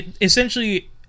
essentially